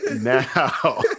Now